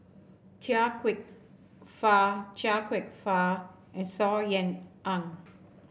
Chia Kwek Fah Chia Kwek Fah and Saw Ean Ang